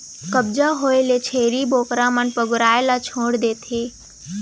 कब्ज होए ले छेरी बोकरा मन पगुराए ल छोड़ देथे